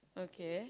okay